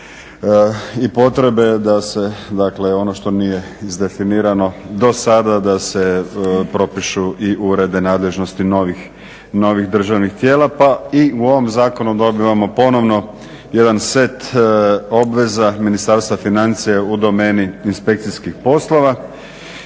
i potrebe da se ono što nije izdefinirano do sada da se propišu i urede nadležnosti novih državnih tijela. Pa i u ovom zakonu dobivamo ponovno jedan set obveza Ministarstva financija u domeni inspekcijskih poslova